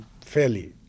fairly